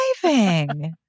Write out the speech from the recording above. driving